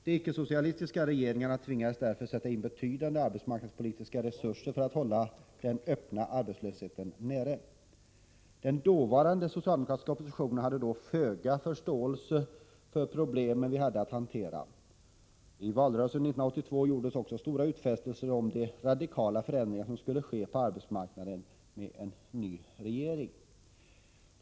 De icke-socialistiska regeringarna tvingades därför sätta in betydande arbetsmarknadspolitiska resurser för att hålla den öppna arbetslösheten nere. Den dåvarande socialdemokratiska oppositionen hade då föga förståelse för de problem vi hade att hantera. I valrörelsen 1982 gjordes också stora utfästelser om de radikala förändringar som skulle ske på arbetsmarknaden med en ny regering.